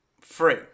free